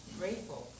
grateful